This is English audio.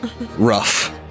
rough